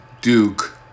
Duke